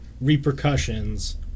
repercussions